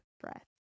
breath